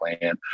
plan